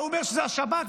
ההוא אומר שזה השב"כ,